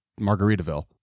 Margaritaville